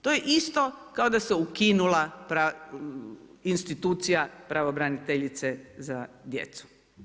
To je isto kao da se ukinula institucija pravobraniteljice za djecu.